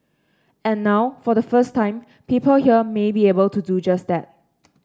and now for the first time people here may be able to do just that